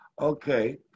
Okay